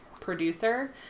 producer